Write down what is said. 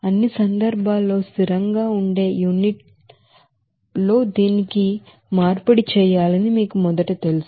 అన్ని సందర్భాల్లో స్థిరంగా ఉండే యూనిట్ లో దీనిని మార్పిడి చేయాలని మీకు మొదట తెలుసు